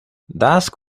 dusk